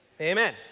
amen